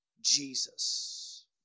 Jesus